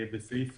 בסעיף